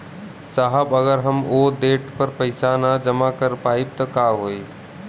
साहब अगर हम ओ देट पर पैसाना जमा कर पाइब त का होइ?